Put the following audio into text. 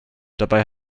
dabei